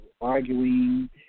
arguing